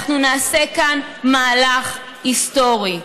נעשה כאן מהלך היסטורי,